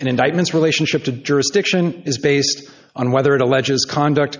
and indictments relationship to dura stiction is based on whether it alleges conduct